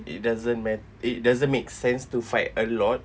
it doesn't mat~ it doesn't make sense to fight a lot